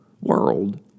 world